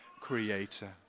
Creator